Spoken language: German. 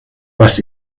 was